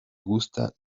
gusta